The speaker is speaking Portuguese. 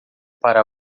para